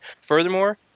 Furthermore